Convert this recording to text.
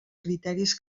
criteris